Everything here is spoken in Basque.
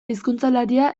hizkuntzalaria